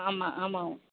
ஆமாம் ஆமாம்